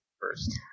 first